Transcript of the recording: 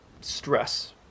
stress